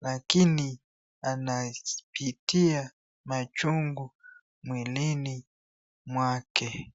lakini anapitia machungu mwilini mwake.